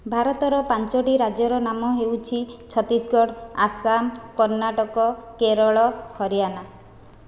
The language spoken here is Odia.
ଭାରତର ପାଞ୍ଚଟି ରାଜ୍ୟର ନାମ ହେଉଛି ଛତିଶଗଡ଼ ଆସାମ କର୍ଣ୍ଣାଟକ କେରଳ ହରିୟାନା